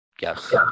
Yes